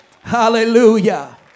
Hallelujah